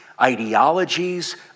ideologies